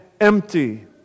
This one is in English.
empty